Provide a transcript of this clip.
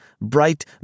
bright